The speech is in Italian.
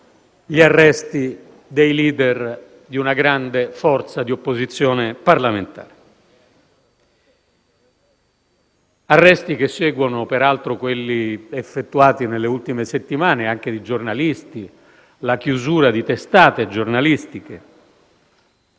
gli arresti dei *leader* di una grande forza di opposizione parlamentare. Arresti che seguono, peraltro, quelli effettuati nelle ultime settimane, anche di giornalisti, con la chiusura di testate giornalistiche;